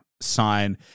sign